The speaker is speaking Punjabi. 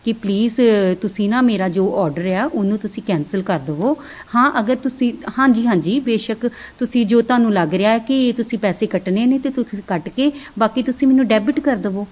ਕਿ ਪਲੀਜ ਤੁਸੀਂ ਨਾ ਮੇਰਾ ਜੋ ਔਡਰ ਹੈ ਆ ਉਹਨੂੰ ਤੁਸੀਂ ਕੈਂਸਲ ਕਰ ਦਵੋ ਹਾਂ ਅਗਰ ਤੁਸੀਂ ਹਾਂਜੀ ਹਾਂਜੀ ਬੇਸ਼ੱਕ ਤੁਸੀਂ ਜੋ ਤੁਹਾਨੂੰ ਲੱਗ ਰਿਹਾ ਕਿ ਤੁਸੀਂ ਪੈਸੇ ਕੱਟਣੇ ਨੇ ਤਾਂ ਤੁਸੀਂ ਕੱਟ ਕੇ ਬਾਕੀ ਤੁਸੀਂ ਮੈਨੂੰ ਡੈਬਿਟ ਕਰ ਦਵੋ